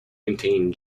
contain